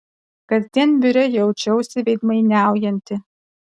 kasdien biure jaučiausi veidmainiaujanti